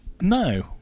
No